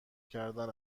کردن